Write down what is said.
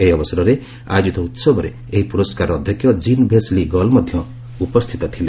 ଏହି ଅବସରରେ ଆୟୋଜିତ ଉତ୍ସବରେ ଏହି ପୁରସ୍କାରର ଅଧ୍ୟକ୍ଷ ଜିନ୍ ଭେସ୍ ଲି ଗଲ୍ ମଧ୍ୟ ଉପସ୍ଥିତ ଥିଲେ